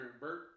Bert